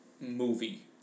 movie